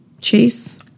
Chase